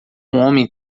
homem